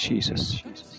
Jesus